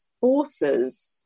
forces